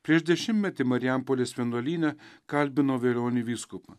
prieš dešimtmetį marijampolės vienuolyne kalbinau velionį vyskupą